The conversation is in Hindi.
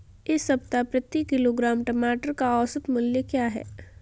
इस सप्ताह प्रति किलोग्राम टमाटर का औसत मूल्य क्या है?